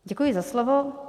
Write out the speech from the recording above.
Děkuji za slovo.